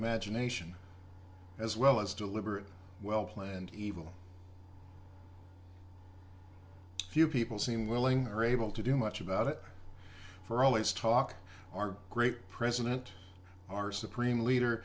imagination as well as deliberate well planned evil few people seem willing or able to do much about it for always talk our great president our supreme leader